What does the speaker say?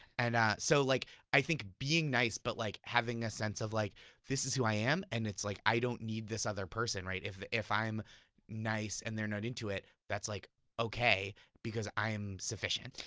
and so like i think being nice but like having a sense of like this is who i am and it's like i don't need this other person, right? if if i'm nice and they're not into it, that's like okay because i am sufficient.